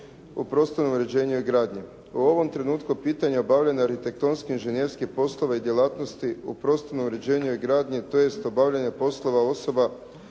o prostornom uređenju i gradnji. U ovom trenutku pitanje obavljanja arhitektonskih, inženjerskih poslova i djelatnosti u prostornom uređenju i gradnji tj. dobavljanju poslova osoba